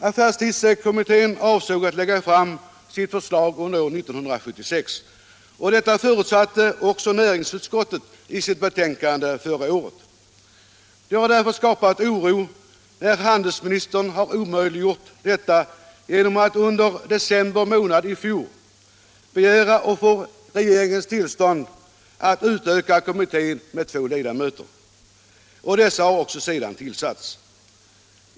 Affärstidskommittén avsåg att lägga fram sitt förslag under år 1976. Detta förutsatte också näringsutskottet i sitt betänkande förra året. Det har därför skapat oro när handelsministern har omöjliggjort detta genom att under december månad i fjol begära och få regeringens tillstånd att utöka kommittén med två ledamöter. Dessa har också sedan tillsatts.